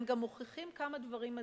הם גם מוכיחים כמה דברים מדהימים: